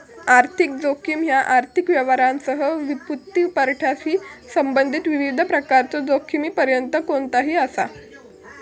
आर्थिक जोखीम ह्या आर्थिक व्यवहारांसह वित्तपुरवठ्याशी संबंधित विविध प्रकारच्यो जोखमींपैकी कोणताही असा